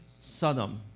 Sodom